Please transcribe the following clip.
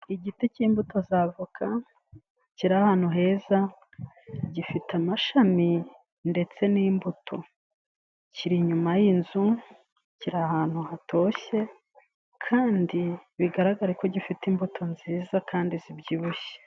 Igiti cy'imbuto za avoka kiri ahantu heza gifite amashami ndetse n'imbuto. Kiri inyuma y'inzu, kiri ahantu hatoshye kandi bigaragare ko gifite imbuto nziza kandi zibyibushye.